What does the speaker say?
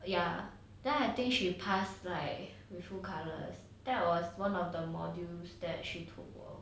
ya then I think she passed like beautiful colours that was one of the modules that she took though